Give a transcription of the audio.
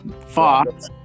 Fox